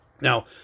Now